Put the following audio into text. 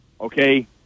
okay